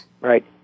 right